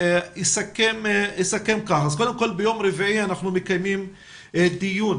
אסכם כך: קודם כל ביום רביעי אנחנו מקיימים דיון